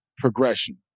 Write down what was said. progression